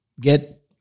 get